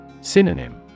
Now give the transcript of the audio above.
Synonym